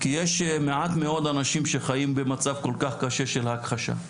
כי יש מעט מאוד אנשים שחיים במצב כל כך קשה של הכחשה.